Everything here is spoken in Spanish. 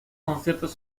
conciertos